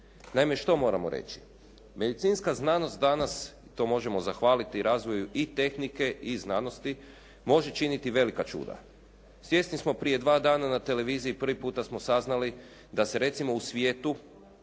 Naime što moramo reći? Medicinska znanost danas, to možemo zahvaliti razvoju i tehnike i znanosti može činiti velika čuda. Svjesni smo prije dva dana na televiziji prvi puta smo saznali da se recimo u svijetu